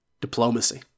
diplomacy